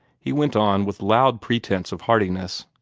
he went on with loud pretence of heartiness,